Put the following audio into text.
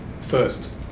first